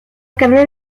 carne